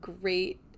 great